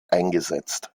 eingesetzt